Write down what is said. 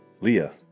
Leah